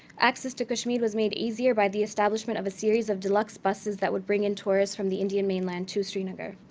access to kashmir was made easier by the establishment of a series of deluxe buses that would bring in tourists from the indian mainland to srinagar.